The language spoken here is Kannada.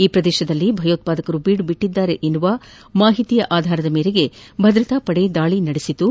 ಈ ಪ್ರದೇಶದಲ್ಲಿ ಭಯೋತ್ವಾದಕರು ಬೀಡುಬಿಟ್ಲದ್ದಾರೆಂಬ ಮಾಹಿತಿಯ ಮೇರೆಗೆ ಭದ್ರತಾಪಡೆ ದಾಳಿ ನಡೆಸಿತು